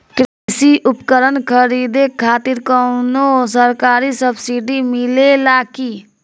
कृषी उपकरण खरीदे खातिर कउनो सरकारी सब्सीडी मिलेला की?